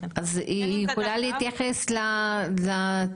אז היא יכולה להתייחס לטיעונים?